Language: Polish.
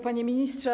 Panie Ministrze!